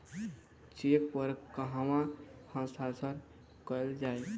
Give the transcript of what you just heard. Check पर कहवा हस्ताक्षर कैल जाइ?